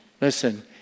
Listen